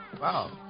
Wow